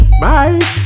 Bye